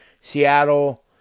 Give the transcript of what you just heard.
Seattle